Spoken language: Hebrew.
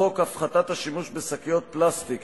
הפחתת השימוש בשקיות פלסטיק,